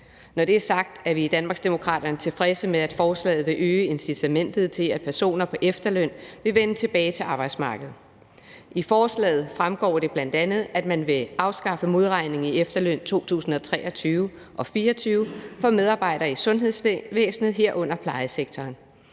Når det er sagt, er vi i Danmarksdemokraterne tilfredse med, at forslaget vil øge incitamentet til, at personer på efterløn vil vende tilbage til arbejdsmarkedet. I forslaget fremgår det bl.a., at man vil afskaffe modregning i efterløn 2023 og 24 for medarbejdere i sundhedsvæsenet, herunder plejesektoren.